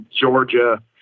Georgia